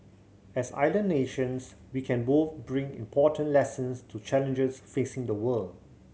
as island nations we can both bring important lessons to challenges facing the world